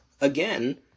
again